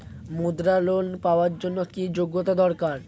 মুদ্রা লোন পাওয়ার জন্য কি যোগ্যতা দরকার?